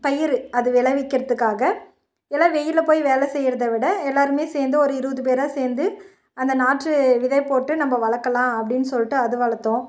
பயிறு அது விளைவிக்கிறத்துக்காக எல்லாம் வெயில்ல போய் வேலை செய்கிறத விட எல்லாருமே சேர்ந்து ஒரு இருபது பேராக சேர்ந்து அந்த நாற்று விதை போட்டு நமம வளர்க்கலாம் அப்படின்னு சொல்லிட்டு அது வளர்த்தோம்